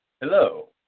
Hello